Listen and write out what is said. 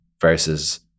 versus